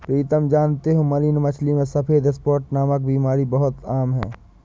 प्रीतम जानते हो मरीन मछली में सफेद स्पॉट नामक बीमारी बहुत आम है